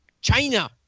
China